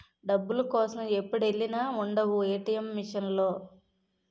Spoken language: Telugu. డబ్బుల కోసం ఎప్పుడెల్లినా ఉండవు ఏ.టి.ఎం మిసన్ లో